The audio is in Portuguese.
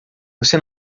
você